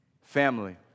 family